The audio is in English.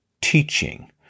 teaching